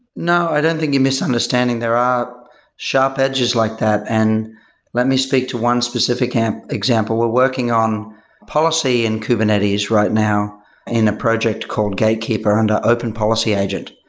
no. i don't think you're misunderstanding. there are sharp edges like that, and let me speak to one specific example. we're working on policy in kubernetes right now in a project called gatekeeper under open policy agent,